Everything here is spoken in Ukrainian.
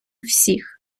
всіх